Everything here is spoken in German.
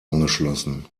angeschlossen